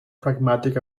pragmatic